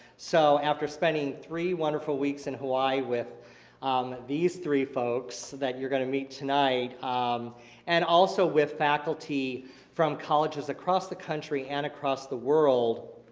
so after spending three wonderful weeks in hawaii with um these three folks that you're going to meet tonight um and also with faculty from colleges across the country and across the world,